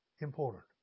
important